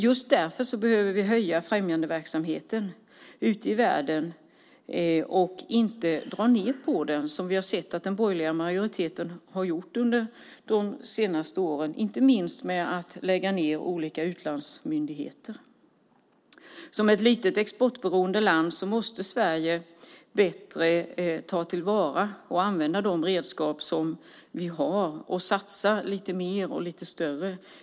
Just därför behöver vi höja främjandeverksamheten ute i världen och inte dra ned på den som vi har sett att den borgerliga majoriteten har gjort under de senaste åren, inte minst genom att lägga ned olika utlandsmyndigheter. Som ett litet, exportberoende land måste Sverige bättre ta till vara och använda de redskap som vi har och satsa lite mer och lite större.